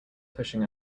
pushing